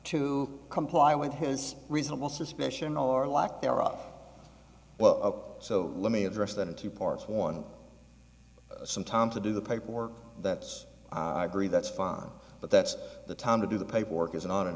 to comply with his reasonable suspicion or lack thereof well so let me address that in two parts one some time to do the paperwork that's i agree that's fine but that's the time to do the paperwork is not an